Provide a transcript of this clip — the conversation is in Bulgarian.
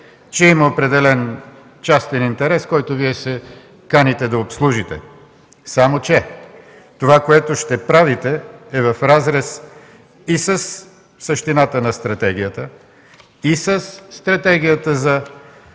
че има определен частен интерес, който Вие се каните да обслужите. Само че това, което ще правите е в разрез и със същината на стратегията, и със Стратегията за